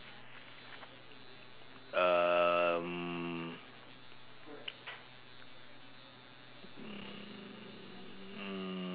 um mm